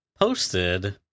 posted